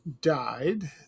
died